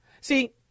See